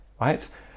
right